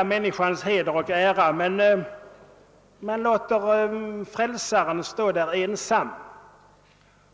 om människans heder och ära. Men man låter Frälsaren stå där ensam.